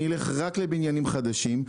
אני אלך רק לבניינים חדשים,